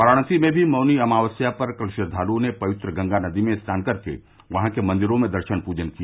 वाराणसी में भी मौनी अमावस्या पर कल श्रद्वालुओं ने पवित्र गंगा नदी में स्नान कर के वहां के मंदिरों में दर्शन पूजन किया